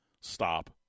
Stop